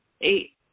eight